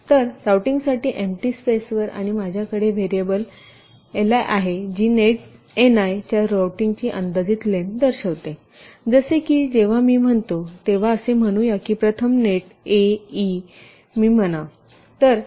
तर रूटिंगसाठी एम्पटी स्पेसवर आणि माझ्याकडे व्हेरिएबल ली आहे जी नेट नी च्या रूटिंगची अंदाजित लेन्थ दर्शवते जसे की जेव्हा मी म्हणतो तेव्हा असे म्हणूया की प्रथम नेट ए ई मी म्हणा